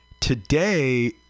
today